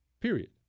Period